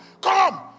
come